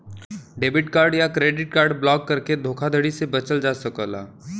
debit card या credit card block करके धोखाधड़ी से बचल जा सकला